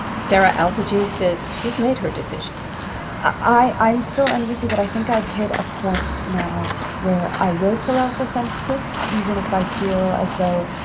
sarah alhajji says she's made her decision i'm still uneasy. but i think i've hit a point now where i will fill out the censuses even if i feel as though